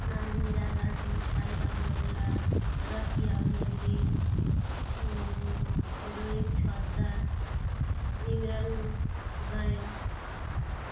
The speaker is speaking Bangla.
নাজমিরা গাজী সাইদা মোল্লা রোকেয়া মল্লিক রহিম সর্দার ইমরান গায়েন